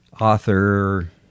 author